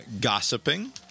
gossiping